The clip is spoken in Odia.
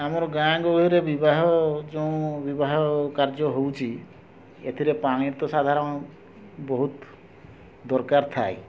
ଆମର ଗାଁ ଗହଳିରେ ବିବାହ ଯେଉଁ ବିବାହ କାର୍ଯ୍ୟ ହଉଛି ଏଥିରେ ପାଣି ତ ସାଧାରଣ ବହୁତ ଦରକାର ଥାଏ